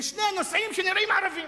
לשני נוסעים שנראים ערבים,